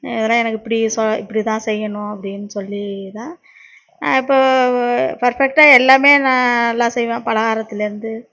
இதெல்லாம் எனக்கு இப்படி சா இப்படி தான் செய்யணும் அப்படின்னு சொல்லி தான் இப்போது பர்ஃபெக்ட்டாக எல்லாமே நான் எல்லாம் செய்வேன் பலகாரத்துலேருந்து